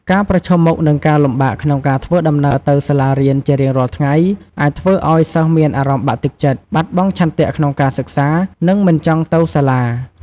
ការប្រឈមមុខនឹងការលំបាកក្នុងការធ្វើដំណើរទៅសាលារៀនជារៀងរាល់ថ្ងៃ អាចធ្វើឱ្យសិស្សមានអារម្មណ៍បាក់ទឹកចិត្ត បាត់បង់ឆន្ទៈក្នុងការសិក្សា និងមិនចង់ទៅសាលា។